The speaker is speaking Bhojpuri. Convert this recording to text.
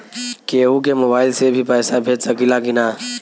केहू के मोवाईल से भी पैसा भेज सकीला की ना?